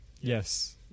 Yes